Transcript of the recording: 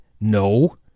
No